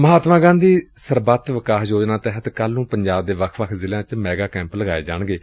ਮਹਾਤਮਾ ਗਾਂਧੀ ਸਰਬਤ ਵਿਕਾਸ ਯੋਜਨਾ ਤਹਿਤ ਕੱਲ੍ ਨੂੰ ਪੰਜਾਬ ਦੇ ਵੱਖ ਵੱਖ ਜ਼ਿਲ੍ਹਿਆਂ ਵਿਚ ਮੈਗਾ ਕੈਂਪ ਲਗਾਏ ਜਾਣਗੇ